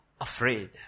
afraid